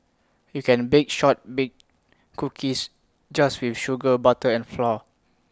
you can bake Shortbread Cookies just with sugar butter and flour